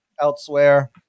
Elsewhere